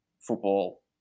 football